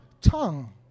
tongue